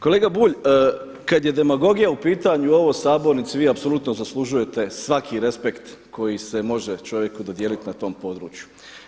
Kolega Bulj, kad je demagogija u pitanju u ovoj Sabornici vi apsolutno zaslužujete svaki respekt koji se može čovjeku dodijeliti na tom području.